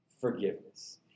forgiveness